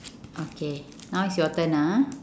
okay now is your turn ah